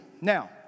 Now